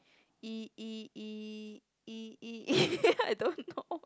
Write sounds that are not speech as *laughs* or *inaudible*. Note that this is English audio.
E E E E E *laughs* I don't know